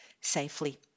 safely